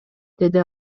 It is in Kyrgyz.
деди